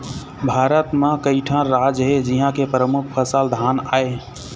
भारत म कइठन राज हे जिंहा के परमुख फसल धान आय